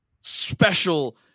Special